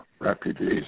refugees